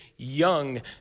Young